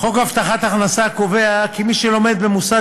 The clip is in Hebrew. חוק הבטחת הכנסה קובע כי מי שלומד במוסד